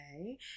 okay